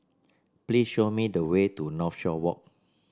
please show me the way to Northshore Walk